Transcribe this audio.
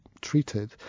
treated